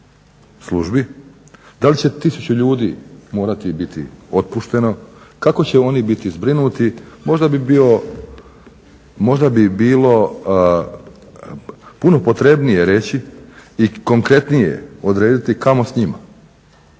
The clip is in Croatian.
Da li će 1000 ljudi morati biti otpušteno? Kako će oni biti zbrinuti? Možda bi bilo puno potrebnije reći i konkretnije odrediti kamo s njima,